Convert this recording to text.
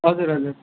हजुर हजुर